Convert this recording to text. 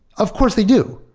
of course they do.